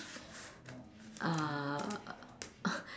uh